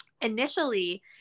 initially